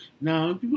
Now